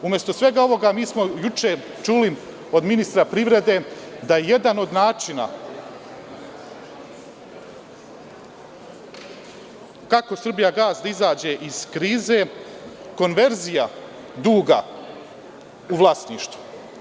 Umesto svega ovoga mi smo juče čuli od ministra privreda da jedna od načina kako „Srbijagas“ da izađe iz krize jeste konverzija duga u vlasništvu.